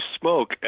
smoke